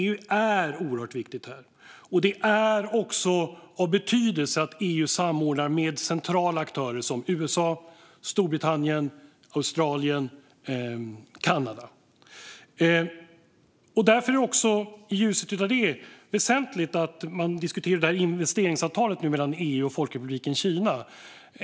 EU är oerhört viktigt här. Det är också av betydelse att EU samordnar med centrala aktörer som USA, Storbritannien, Australien och Kanada. I ljuset av det är det också väsentligt att man diskuterar investeringsavtalet mellan EU och Folkrepubliken Kina.